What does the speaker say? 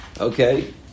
Okay